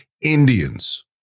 Indians